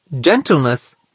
gentleness